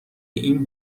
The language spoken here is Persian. این